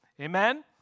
Amen